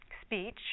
speech